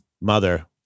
mother